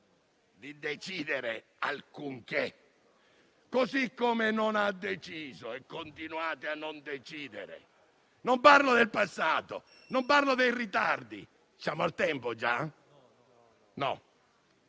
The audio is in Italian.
di decidere alcunché, così come non ha deciso e continuate a non decidere. Non parlo del passato, non parlo dei ritardi. Signor Presidente, non